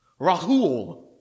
Rahul